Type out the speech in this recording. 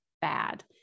bad